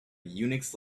unix